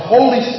Holy